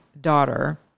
daughter